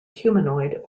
humanoid